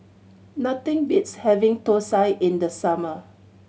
nothing beats having thosai in the summer